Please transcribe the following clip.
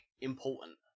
important